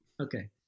Okay